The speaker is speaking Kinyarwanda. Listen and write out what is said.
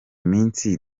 minsi